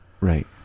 Right